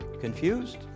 Confused